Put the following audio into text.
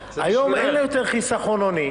היום אין יותר חיסכון הוני.